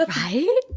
right